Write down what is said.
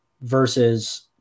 versus